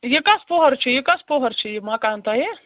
یہِ کٔژ پوٚہَر چھُ یہِ کٔژ پوٚہَر چھُ یہِ مکان تۄہہِ